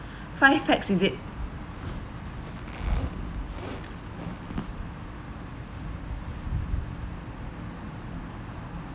five pax is it